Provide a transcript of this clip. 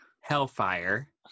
Hellfire